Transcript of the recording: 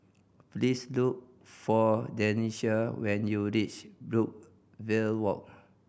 please look for Denisha when you reach Brookvale Walk